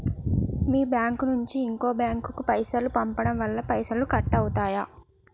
మీ bank నుంచి ఇంకో bank కు పైసలు పంపడం వల్ల పైసలు కట్ అవుతయా?